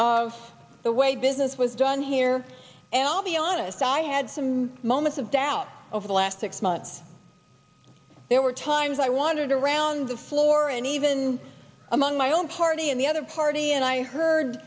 of the way business was done here and i'll be honest i had some moments of doubt over the last six months there were times i wondered around the floor and even among my own party and the other party and i heard